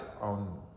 on